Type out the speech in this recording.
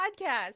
podcast